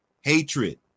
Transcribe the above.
hatred